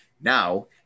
now